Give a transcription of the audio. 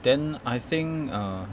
then I think err